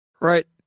Right